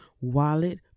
wallet